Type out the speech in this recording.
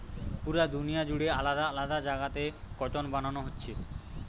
পুরা দুনিয়া জুড়ে আলাদা আলাদা জাগাতে কটন বানানা হচ্ছে